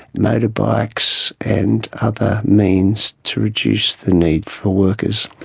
motorbikes and other means to reduce the need for workers.